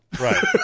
Right